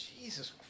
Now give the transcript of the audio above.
Jesus